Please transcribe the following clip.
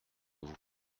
vous